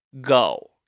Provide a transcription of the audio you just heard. go